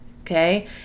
okay